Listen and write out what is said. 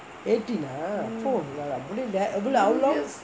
eighteen ah !fuh! எவ்ளோevlo